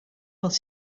pels